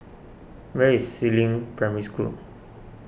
where is Si Ling Primary School